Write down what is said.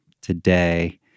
today